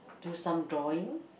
do some drawing